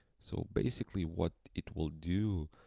so basically what it will do,